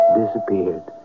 disappeared